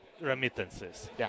remittances